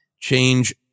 change